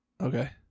Okay